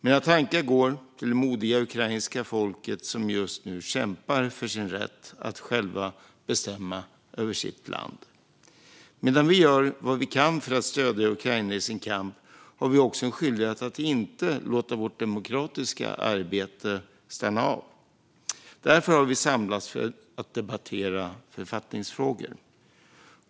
Mina tankar går till det modiga ukrainska folket, som just nu kämpar för sin rätt att själva bestämma över sitt land. Medan vi gör vad vi kan för att stödja Ukraina i deras kamp har vi också en skyldighet att inte låta vårt demokratiska arbete stanna av. Därför har vi samlats för att debattera författningsfrågor.